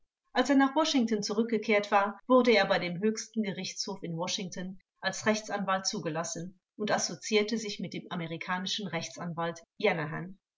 als er nach washington zurückgekehrt war wurde er bei dem höchsten gerichtshof in washington als rechtsanwalt zugelassen und assoziierte sich mit dem amerikanischen rechtsanwalt